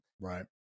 Right